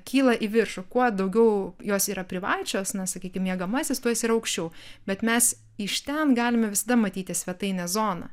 kyla į viršų kuo daugiau jos yra privačios na sakykim miegamasis tu jis yra aukščiau bet mes iš ten galime visada matyti svetainės zoną